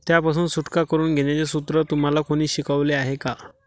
त्यापासून सुटका करून घेण्याचे सूत्र तुम्हाला कोणी शिकवले आहे का?